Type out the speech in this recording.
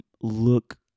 look